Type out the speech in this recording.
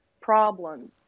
problems